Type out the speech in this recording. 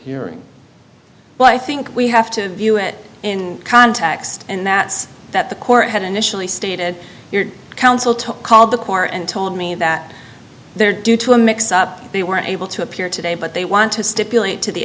hearing but i think we have to view it in context and that's that the court had initially stated your counsel to call the court and told me that their due to a mix up they weren't able to appear today but they want to stipulate to the